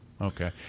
Okay